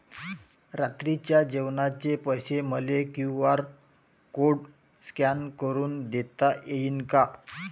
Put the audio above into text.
रात्रीच्या जेवणाचे पैसे मले क्यू.आर कोड स्कॅन करून देता येईन का?